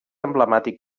emblemàtic